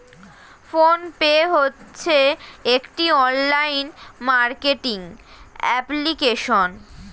phone pay হচ্ছে একটি online marketing application